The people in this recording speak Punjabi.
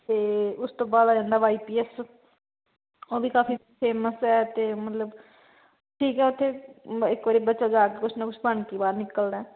ਅਤੇ ਉਸ ਤੋਂ ਬਾਅਦ ਆ ਜਾਂਦਾ ਵਾਈ ਪੀ ਐਸ ਉਹ ਵੀ ਕਾਫ਼ੀ ਫੇਮਸ ਹੈ ਤੇ ਮਤਲਬ ਠੀਕ ਹੈ ਉੱਥੇ ਇੱਕ ਵਾਰ ਬੱਚਾ ਜਾ ਕੇ ਕੁਛ ਨਾ ਕੁਛ ਬਣ ਕੇ ਹੀ ਬਾਹਰ ਨਿਕਲਦਾ